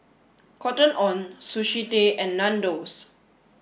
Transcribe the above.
Cotton on Sushi Tei and Nandos